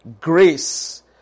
Grace